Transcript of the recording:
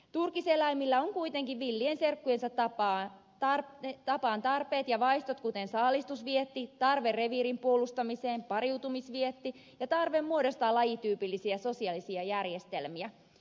turkiseläimillä on kuitenkin villien serkkujensa tapaan tarpeet ja vaistot kuten saalistusvietti tarve reviirin puolustamiseen pariutumisvietti ja tarve muodostaa lajityypillisiä sosiaalisia järjestelmiä